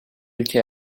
ülke